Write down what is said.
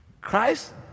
christ